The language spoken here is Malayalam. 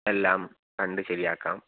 എല്ലാം കണ്ടു ശരിയാക്കാം